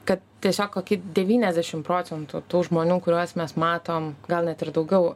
kad tiesiog kokie devyniasdešim procentų tų žmonių kuriuos mes matom gal net ir daugiau